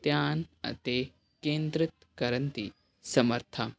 ਧਿਆਨ ਅਤੇ ਕੇਂਦਰਿਤ ਕਰਨ ਦੀ ਸਮਰਥਾ